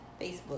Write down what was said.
facebook